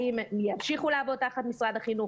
האם הם ימשיכו לעבוד תחת משרד החינוך?